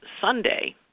Sunday